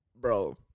bro